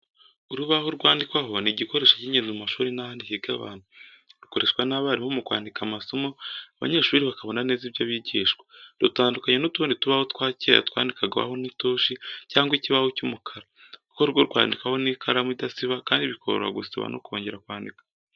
Urubaho rwandikwaho ni igikoresho cy'ingenzi mu mashuri n’ahandi higa abantu. Rukoreshwa n’abarimu mu kwandika amasomo, abanyeshuri bakabona neza ibyo bigishwa. Rutandukanye n’utundi tubaho twa kera twandikwagaho n’itushe cyangwa ikibaho cy’umukara, kuko rwo rwandikwaho n’ikaramu idasiba kandi bikoroha gusiba no kongera kwandika.